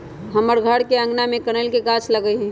हमर घर के आगना में कनइल के गाछ लागल हइ